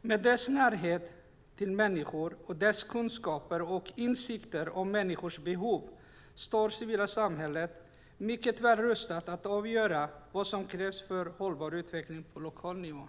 Med dess närhet till människor och dess kunskaper och insikter om människors behov står civilsamhället mycket väl rustat att avgöra vad som krävs för hållbar utveckling på lokal nivå.